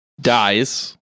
dies